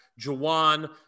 Jawan